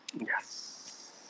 Yes